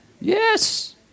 Yes